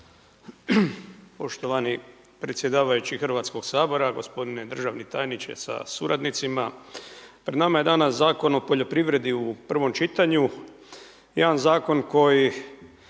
Poštovani predsjedavajući Hrvatskoga sabora. Gospodine državni tajniče sa suradnicima. Pred nama je danas Zakon o poljoprivredi u prvom čitanju,